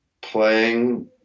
playing